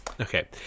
Okay